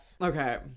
Okay